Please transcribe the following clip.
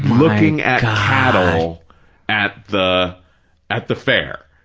looking at cattle at the at the fair.